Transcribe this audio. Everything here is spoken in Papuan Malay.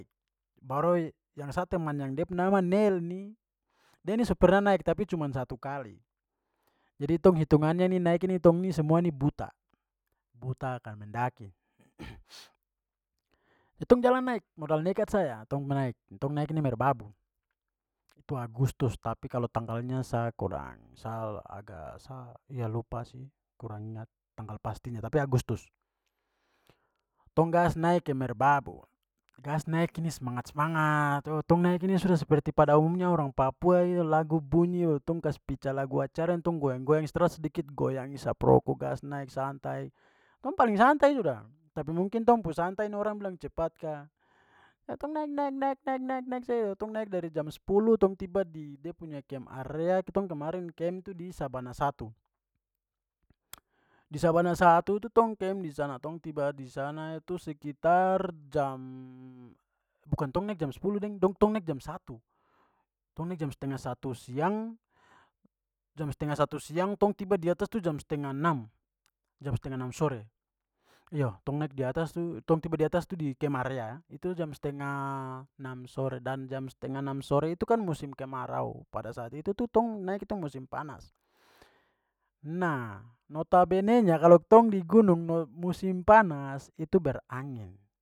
Baru yang sa teman yang da pe nama nel ni, dia ni su pernah naik tapi cuman satu kali. Jadi tong hitungannya ni naik ini tong in semua ini buta, buta akan mendaki. Kitong jalan naik, modal nekat saja, tong naik, tong naik ini merbabu. Itu agustus tapi kalau tanggalnya sa kurang, sa agak, sa ya lupa sih, kurang ingat tanggal pastinya tapi agustus. Tong gas naik ke merbabu. Gas naik ini semangat-semangat. Oh, tong naik ini sudah seperti pada umumnya orang papua lagu bunyi baru tong kasi pica lagu acara yang tong goyang-goyang, stres sedikit goyang, isap rokok, gas naik, santai. Tong paling santai sudah. Tapi mungkin tong pu santai ni orang bilang cepat ka. Tong naik naik naik naik naik naik saja, tong naik dari jam sepuluh tong tiba di de punya camp area, kitong kemarin camp itu di sabana satu. Di sabana satu itu tong camp di sana. Tong tiba di sana itu sekitar jam- bukan tong naik jam sepuluh deng, dong-tong naik jam satu. Tong naik jam setengah satu siang- jam setengah satu siang, tong tiba di atas itu jam setengah enam- jam setengah enam sore. Iyo, tong naik di atas tu tong tiba di atas tu, di camp area ya, itu jam setengah enam sore. Dan jam setengah enam sore itu kan musim kemarau, pada saat itu tu tong naik itu musim panas. Nah, notabenenya kalau tong di gunung musim panas itu berangin.